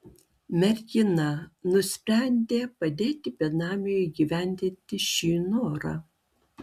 mergina nusprendė padėti benamiui įgyvendinti šį norą